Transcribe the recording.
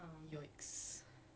oh my goodness